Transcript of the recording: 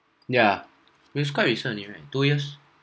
yeah its quite recent only right two years